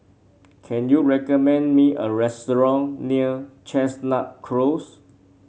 can you recommend me a restaurant near Chestnut Close